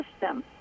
system